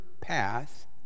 path